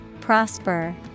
Prosper